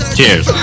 Cheers